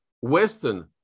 Western